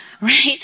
right